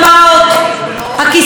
הכיסאות המתחלפים,